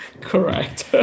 Correct